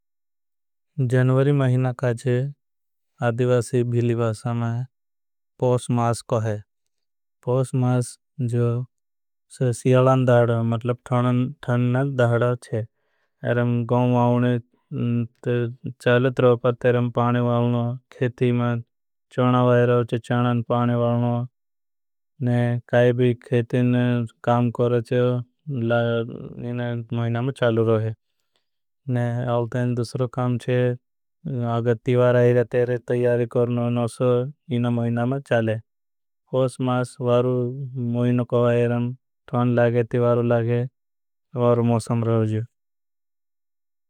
जनवरी महीना काजे आदिवासी भीली भाषा में पोस्मास कहो। जो सियलान दाहड़ा मतलब ठणन ठणन दाहड़ा चे गॉंव। आओने चालत रहो परते इरं पाने वालनो। खेती में चोना वाय रहो चे चानान पाने वालनो काई भी खेती में। काम करते हैं महीना में चालत रहें दुसरों काम चे आगती वार। आये तेरे तईयारी करने ना सो इन महीना में चालें वारू महीना। को आये रहें ठंड लागे तिवारू लागे वारू मौसम रहें।